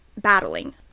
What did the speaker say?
battling